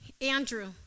Andrew